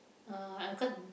uh I ka~